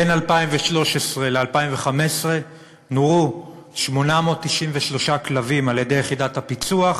בין 2013 ל-2015 נורו 893 כלבים על-ידי יחידת הפיצו"ח